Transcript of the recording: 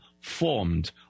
formed